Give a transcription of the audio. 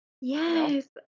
Yes